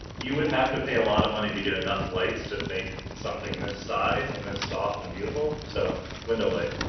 you would have to pay a lot of money to get enough lights to make something this size, and this soft and beautiful, so window light.